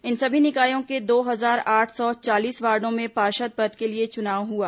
इन सभी निकायों के दो हजार आठ सौ चालीस वार्डो में पार्षद पद के लिए चुनाव हुआ